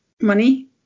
money